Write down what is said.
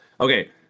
okay